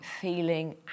feeling